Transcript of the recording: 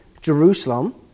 Jerusalem